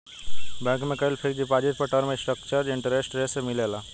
bank में कईल fixed deposit पर टर्म स्ट्रक्चर्ड इंटरेस्ट रेट से मिलेला